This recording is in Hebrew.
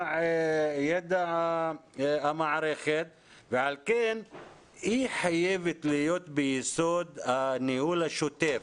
ידע המערכת ועל כן היא חייבת להיות ביסוד הניהול השוטף